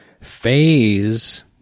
Phase